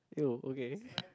!eww! okay